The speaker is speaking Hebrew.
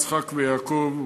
יצחק ויעקב,